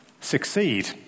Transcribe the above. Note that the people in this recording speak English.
succeed